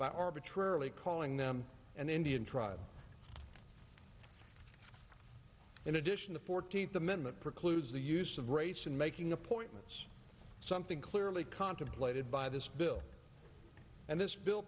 by arbitrarily calling them an indian tribe in addition the fourteenth amendment precludes the use of race in making appointments something clearly contemplated by this bill and this bill